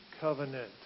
covenant